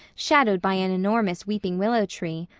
shadowed by an enormous weeping willow tree.